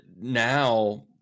now